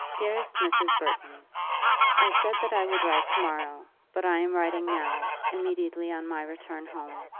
dearest mrs. burton i said that i would write to-morrow, but i am writing now, immediately on my return home.